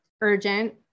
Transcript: urgent